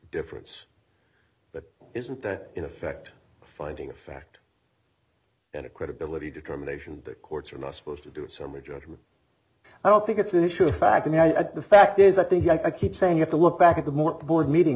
difference but isn't that in effect finding a fact and a credibility determination that courts are not supposed to do it so my judgment i don't think it's an issue of fact i mean the fact is i think i keep saying you have to look back at the more board meeting